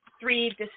three